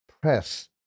press